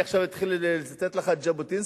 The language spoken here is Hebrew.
אני עכשיו אתחיל לצטט לך את ז'בוטינסקי,